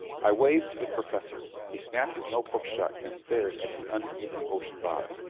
i waved to the professor. he snapped his notebook shut and stared at the uneasy ocean bottom.